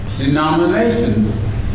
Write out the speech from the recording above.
denominations